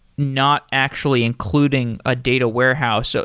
not actually including a data warehouse, so